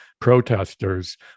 protesters